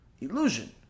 Illusion